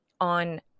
on